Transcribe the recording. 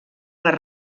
les